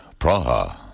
Praha